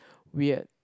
weird